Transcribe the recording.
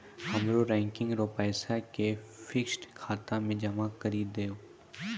हमरो रेकरिंग रो पैसा के फिक्स्ड खाता मे जमा करी दहो